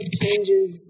changes